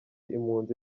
impunzi